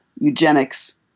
eugenics